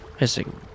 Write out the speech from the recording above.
missing